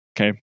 Okay